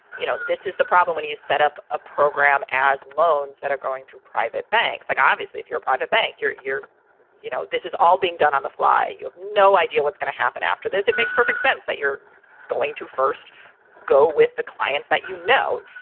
you know, this is the problem when you you setup a program as loans that are going through private banks, like obviously if your private bank, you're your you know, this is all being done on the fly. you have no idea what's going to happen after this. it makes perfect sense that you're going to first go with the clients that you know,